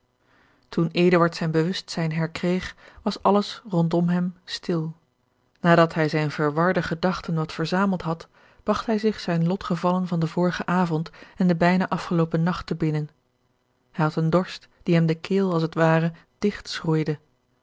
zijn bewustzijn herkreeg was alles rondom hem stil nadat hij zijne verwarde gedachten wat verzameld had bragt hij zich zijne lotgevallen van den vorigen avond en den bijna afgeloopen nacht te binnen hij had een dorst die hem de keel als ware het